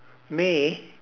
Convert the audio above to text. me